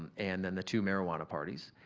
um and then the two marijuana parties,